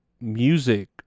music